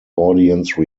audience